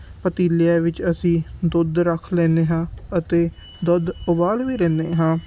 ਪਤੀਲਿਆਂ ਵਿੱਚ ਅਸੀਂ ਦੁੱਧ ਰੱਖ ਲੈਂਦੇ ਹਾਂ ਅਤੇ ਦੁੱਧ ਉਬਾਲ ਵੀ ਲੈਂਦੇ ਹਾਂ